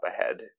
ahead